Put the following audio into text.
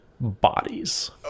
bodies